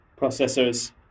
processors